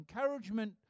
encouragement